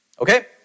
Okay